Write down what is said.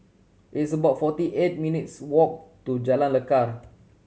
it's about forty eight minutes' walk to Jalan Lekar